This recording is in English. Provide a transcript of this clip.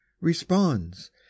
Responds